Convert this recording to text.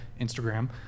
instagram